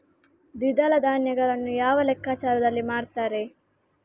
ದ್ವಿದಳ ಧಾನ್ಯಗಳನ್ನು ಯಾವ ಲೆಕ್ಕಾಚಾರದಲ್ಲಿ ಮಾರ್ತಾರೆ?